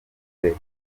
leta